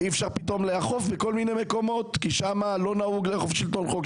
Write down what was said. שאי-אפשר פתאום לאכוף בכל מיני מקומות כי שם לא נהוג לאכוף שלטון חוק.